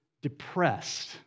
depressed